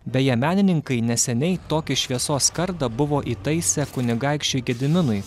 beje menininkai neseniai tokia šviesos skardą buvo įtaisę kunigaikščiui gediminui